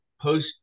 post